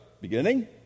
beginning